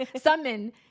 summon